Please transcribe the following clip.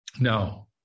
Now